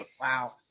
Wow